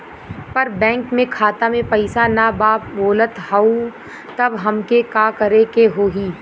पर बैंक मे खाता मे पयीसा ना बा बोलत हउँव तब हमके का करे के होहीं?